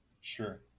Sure